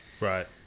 Right